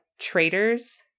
traitors